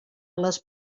les